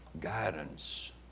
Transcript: guidance